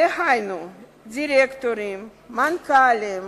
דהיינו דירקטורים, מנכ"לים,